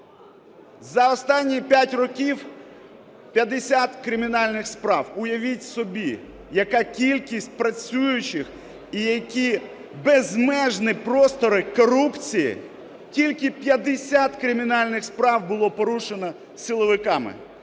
За останні 5 років – 50 кримінальних справ. Уявіть собі, яка кількість працюючих і які безмежні простори корупції – тільки 50 кримінальних справ було порушено силовиками,